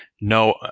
no